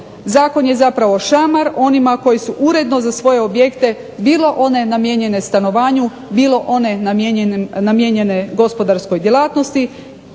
Zakon je zapravo šamar onima koji su uredno za svoje objekte bilo one namijenjene stanovanju, bilo one namijenjene gospodarskoj djelatnosti